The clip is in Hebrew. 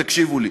תקשיבו לי.